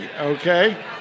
okay